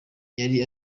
yari